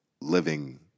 living